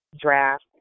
draft